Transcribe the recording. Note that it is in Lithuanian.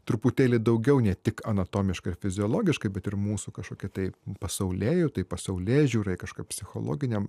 truputėlį daugiau ne tik anatomiškai ar fiziologiškai bet ir mūsų kažkokia tai pasaulėjautai pasaulėžiūrai kažką psichologiniam